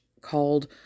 called